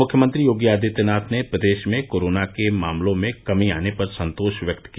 मुख्यमंत्री योगी आदित्यनाथ ने प्रदेश में कोरोना के मामलों में कमी आने पर संतोष व्यक्त किया